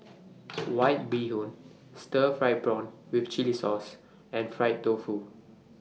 White Bee Hoon Stir Fried Prawn with Chili Sauce and Fried Tofu